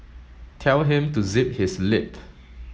tell him to zip his lip